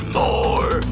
more